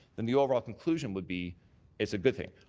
and the overall conclusion would be it's a good thing.